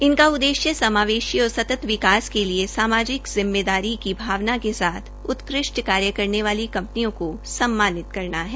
इनका उद्देश्य समावेशी और सतत विकास के लिए सामाजिक जिम्मेदारी की भावना के साथ उत्कृष्ट कार्य करने वाली कंपनियों को सम्मानित करना है